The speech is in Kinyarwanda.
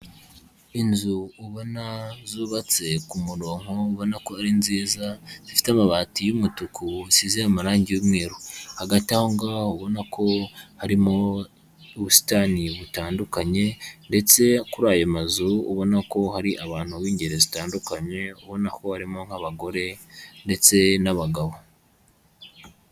Unzu ubona zubatse ku murongo ubona ko ari nziza zifite amabati y'umutuku zisize amarangi y'mweru. Hagati aho ngaho ubona ko harimo ubusitani butandukanye ndetse kuri ayo mazu ubona ko hari abantu b'ingeri zitandukanye ubona ko harimo nk'abagore ndetse n'abagabo.